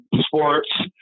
sports